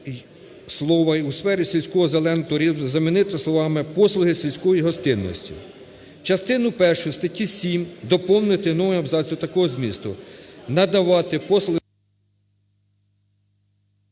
слова "й у сфері сільського зеленого туризму" замінити словами "послуги сільської гостинності". Частину першу статті 7 доповнити новим абзацом такого змісту: